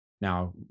Now